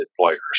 players